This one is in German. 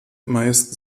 meist